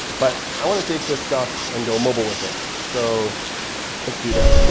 but i want to take this stuff and go mobile with it. so let's do that.